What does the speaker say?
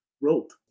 rope